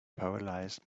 paralysed